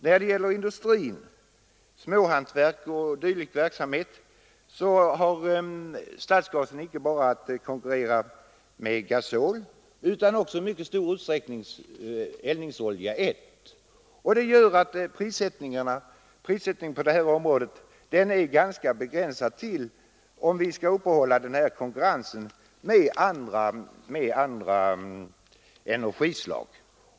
” När det gäller industrin — småhantverk och dylik verksamhet — har stadsgasen icke bara att konkurrera med gasol utan också i mycket stor utsträckning med eldningsolja 1. Det gör att prissättningen på området är beroende av om vi skall upprätthålla konkurrensen med andra energislag.